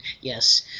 yes